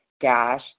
dash